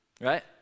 right